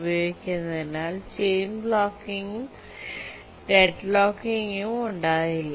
ഉപയോഗിക്കുന്നതിനാൽ ചെയിൻ ബ്ലോക്കിംഗും ഡെഡ്ലോക്കുകളും ഉണ്ടാകില്ല